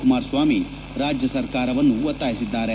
ಕುಮಾರಸ್ವಾಮಿ ರಾಜ್ಯ ಸರ್ಕಾರವನ್ನು ಒತ್ತಾಯಿಸಿದ್ದಾರೆ